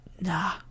nah